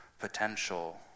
potential